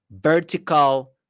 vertical